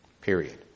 Period